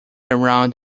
around